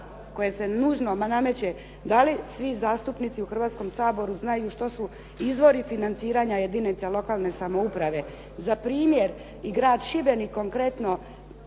koje se nužno nameće. Da li svi zastupnici u Hrvatskom saboru znaju što su izvori financiranja jedinica lokalne samouprave? Za primjer, i Grad Šibenik konkretno